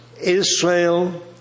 Israel